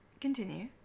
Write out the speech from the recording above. Continue